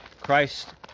Christ